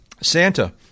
Santa